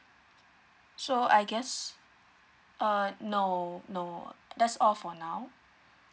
so I guess uh no no that's all for now